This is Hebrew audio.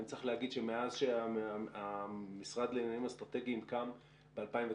אני צריך להגיד שמאז שהמשרד לעניינים אסטרטגיים קם ב-2009,